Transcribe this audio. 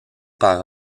par